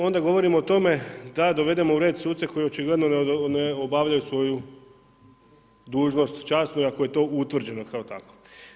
Onda govorimo o tome da dovedemo u red suce koji očigledno ne obavljaju svoju dužnost časnu iako je to utvrđeno kao tako.